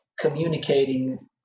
communicating